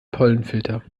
pollenfilter